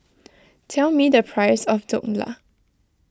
tell me the price of Dhokla